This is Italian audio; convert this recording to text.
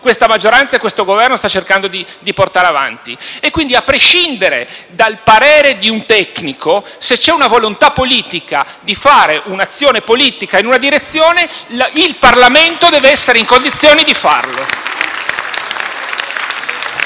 questa maggioranza e questo Governo stanno cercando di portare avanti. A prescindere dal parere di un tecnico, quindi, se c'è la volontà politica di portare un'azione politica in una direzione, il Parlamento deve essere in condizioni di farlo.